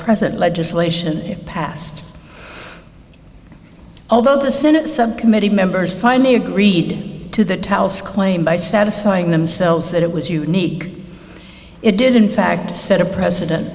present legislation passed although the senate subcommittee members finally agreed to that claim by satisfying themselves that it was unique it did in fact set a precedent